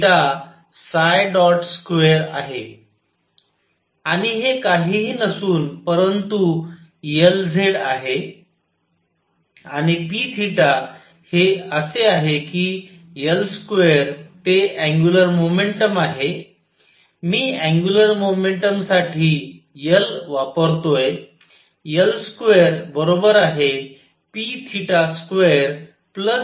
आणि हे काहीहि नसून परंतु Lzआहे आणि p हे असे आहे की L2 ते अँग्युलर मोमेंटम आहे मी अँग्युलर मोमेंटम साठी L वापरतोय L2p2p2